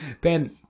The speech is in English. Ben